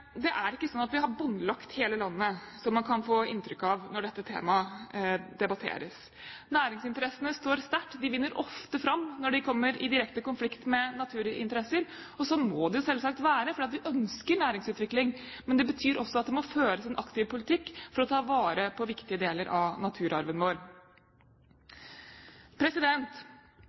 Det er ikke sånn at vi har båndlagt hele landet, som man kan få inntrykk av når dette temaet debatteres. Næringsinteressene står sterkt og vinner ofte fram når de kommer i direkte konflikt med naturinteresser. Sånn må det selvsagt være, for vi ønsker næringsutvikling, men det betyr også at det må føres en aktiv politikk for å ta vare på viktige deler av naturarven vår.